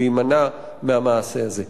להימנע מהמעשה הזה.